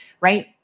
right